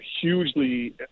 hugely